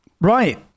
Right